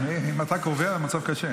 אם אתה קובע, המצב קשה.